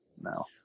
now